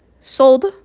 sold